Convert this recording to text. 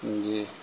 جی